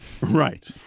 Right